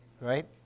right